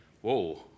Whoa